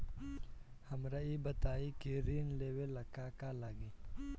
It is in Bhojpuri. हमरा ई बताई की ऋण लेवे ला का का लागी?